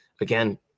Again